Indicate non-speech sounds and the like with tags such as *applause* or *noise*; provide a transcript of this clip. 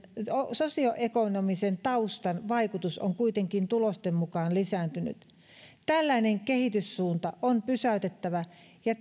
sosioekonomisen taustan vaikutus on kuitenkin tulosten mukaan lisääntynyt tällainen kehityssuunta on pysäytettävä ja *unintelligible*